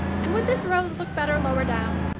and would this rose look better lower down?